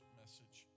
message